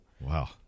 Wow